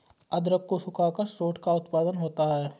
अदरक को सुखाकर सोंठ का उत्पादन होता है